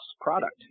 product